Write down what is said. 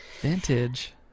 Vintage